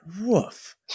Woof